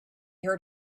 heard